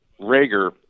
rager